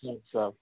सब